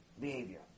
behavior